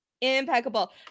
impeccable